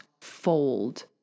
fold